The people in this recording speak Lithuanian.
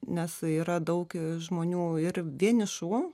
nes yra daug žmonių ir vienišų